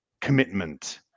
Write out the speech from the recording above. commitment